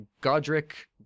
Godric